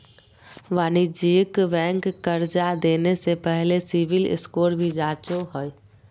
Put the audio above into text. वाणिज्यिक बैंक कर्जा देने से पहले सिविल स्कोर भी जांचो हइ